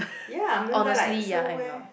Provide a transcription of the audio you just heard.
ya like so where